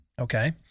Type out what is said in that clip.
okay